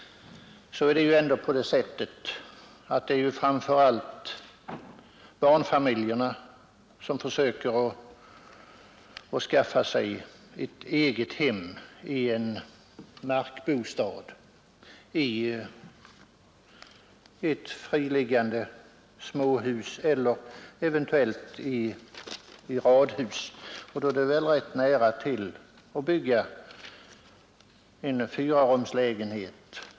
Men det är framför allt barnfamiljerna som försöker skaffa sig ett eget hem i en markbostad i ett friliggande småhus eller eventuellt i ett radhus. Då ligger det rätt nära till hands att bygga just en fyrarumslägenhet.